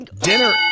Dinner